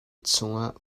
chungah